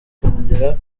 kongera